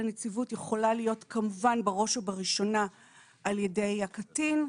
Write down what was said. הנציבות יכולה להיות כמובן בראש ובראשונה על-ידי הקטין,